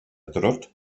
trot